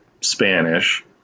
Spanish